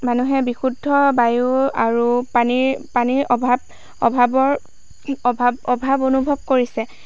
মানুহে বিশুদ্ধ বায়ু আৰু পানীৰ পানীৰ অভাৱ অভাৱৰ অভাৱ অভাৱ অনুভৱ কৰিছে